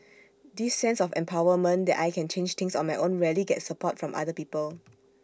this sense of empowerment that I can change things on my own rarely gets support from other people